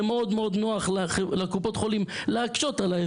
מאוד מאוד נוח לקופות החולים להקשות על האזרח.